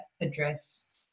address